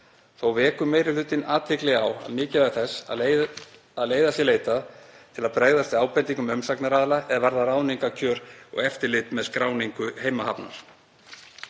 Þó vekur meiri hlutinn athygli á mikilvægi þess að leiða sé leitað til að bregðast við ábendingum umsagnaraðila er varða ráðningarkjör og eftirlit með skráningu heimahafnar.